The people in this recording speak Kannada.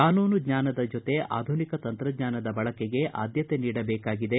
ಕಾನೂನು ಜ್ಞಾನದ ಜೊತೆ ಆಧೂನಿಕ ತಂತ್ರಜ್ಞಾನದ ಬಳಕೆಗೆ ಆದ್ದತೆ ನೀಡಬೇಕಾಗಿದೆ